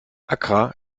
accra